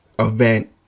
Event